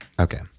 okay